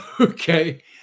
okay